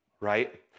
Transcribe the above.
right